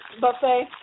buffet